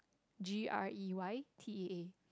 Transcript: G_R_E_Y_T_E_A